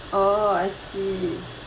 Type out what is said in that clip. orh I see